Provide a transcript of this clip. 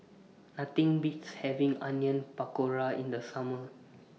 Nothing Beats having Onion Pakora in The Summer